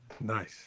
Nice